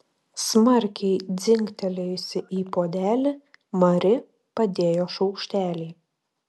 smarkiai dzingtelėjusi į puodelį mari padėjo šaukštelį